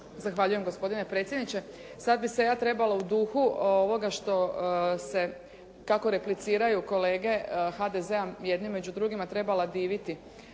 Zahvaljujem gospodine predsjedniče. Sad bih se ja trebala u duhu ovoga što se, kako repliciraju kolege HDZ-a jedni među drugima trebala dirati